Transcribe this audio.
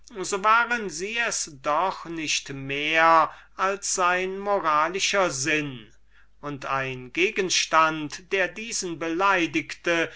so waren sie es doch nicht mehr als sein moralischer sinn und ein gegenstand der diesen beleidigte